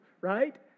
Right